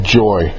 joy